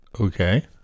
Okay